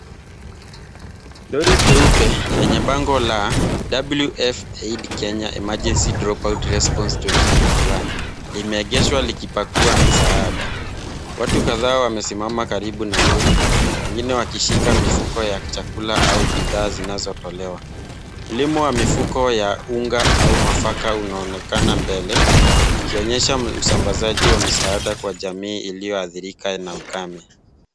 Lori jeupe yenye bango la WF AID Kenya Emergency drop out response 2021 limeegeshwa likipakuwa misaada. Watu kadhaa wamesimama karibu na lori wengine wakishika mifuko chakula au bidhaa zinazotolewa. Mlima wa mifuko wa unga au mafaka unaonekana mbele ikionyesha usambazaji wa msaada kwa jamii iliyoathirika na ukame.